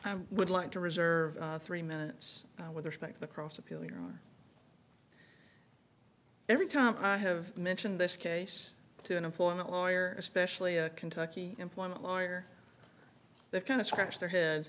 i would like to reserve three minutes with respect the cross appeal hearing every time i have mentioned this case to an employment lawyer especially a kentucky employment lawyer that kind of scratch their head